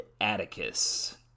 Atticus